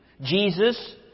Jesus